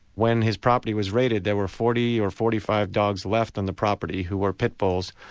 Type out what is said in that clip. when his property was raided, there were forty or forty five dogs left on the property who were pit bulls,